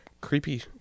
creepy